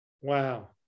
Wow